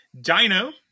Dino